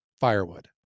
firewood